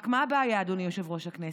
רק מה הבעיה, אדוני יושב-ראש הישיבה?